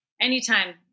Anytime